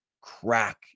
crack